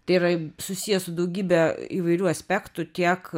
tai yra susiję su daugybe įvairių aspektų tiek